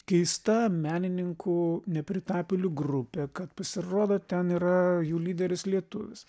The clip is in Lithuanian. keista menininkų nepritapėlių grupė kad pasirodo ten yra jų lyderis lietuvis